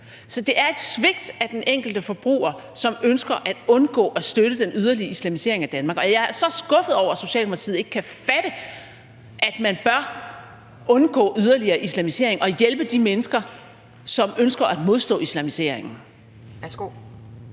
Så det er et svigt af den enkelte forbruger, som ønsker at undgå at støtte den yderligere islamisering af Danmark. Jeg er så skuffet over, at Socialdemokratiet ikke kan fatte, at man bør undgå yderligere islamisering og hjælpe de mennesker, som ønsker at modstå islamiseringen.